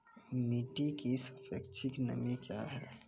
मिटी की सापेक्षिक नमी कया हैं?